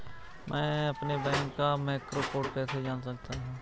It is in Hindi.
मैं अपने बैंक का मैक्रो कोड कैसे जान सकता हूँ?